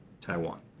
Taiwan